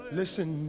listen